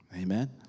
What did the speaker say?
amen